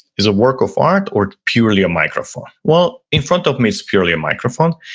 is a work of art or purely a microphone? well, in front of me is purely a microphone.